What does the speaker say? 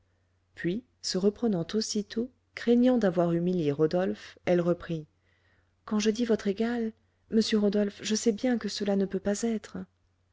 puis se reprenant aussitôt craignant d'avoir humilié rodolphe elle reprit quand je dis votre égale monsieur rodolphe je sais bien que cela ne peut pas être